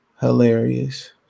Hilarious